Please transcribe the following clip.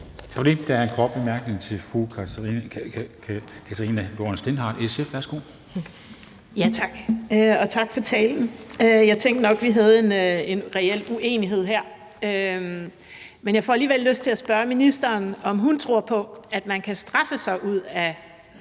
Dehnhardt, SF. Værsgo. Kl. 11:04 Karina Lorentzen Dehnhardt (SF): Tak. Og tak for talen. Jeg tænkte nok, at vi havde en reel uenighed her, men jeg får alligevel lyst til at spørge ministeren, om hun tror på, at man kan straffe sig ud af